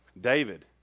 David